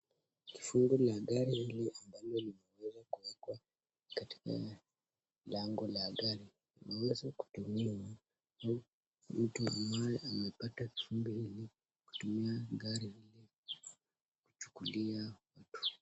Kifungu la gari hili ambalo limeweza kuwekwa katika mlango la gari limeweza kutumiwa na mtu ambaye amepata kifungu hili kutumia gari hili kuchukulia watu.